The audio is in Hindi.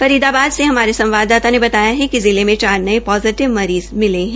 फरीदाबाद से हमारे संवाददाता ने बताया कि जिले में चार नये पोजिटिव मरीज़ मिले है